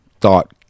thought